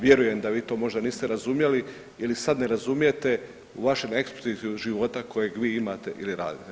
Vjerujem da vi to možda niste razumjeli ili sad ne razumijete u vašem eksplicitu života kojeg vi imate ili radite.